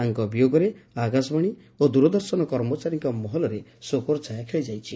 ତାଙ୍ଙ ବିୟୋଗରେ ଆକାଶବାଶୀ ଓ ଦୂରଦର୍ଶନ କର୍ମଚାରୀଙ୍କ ମହଲରେ ଶୋକର ପ୍ରକାଶ ପାଇଛି